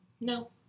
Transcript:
No